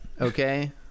Okay